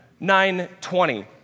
920